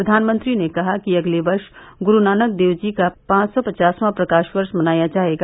प्रधानमंत्री ने कहा कि अगले वर्ष गुरु नानक देव जी का पांच सौ पचास वां प्रकाश पर्व मनाया जाएगा